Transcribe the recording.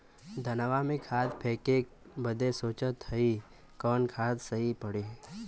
धनवा में खाद फेंके बदे सोचत हैन कवन खाद सही पड़े?